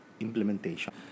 implementation